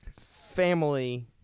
family